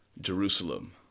jerusalem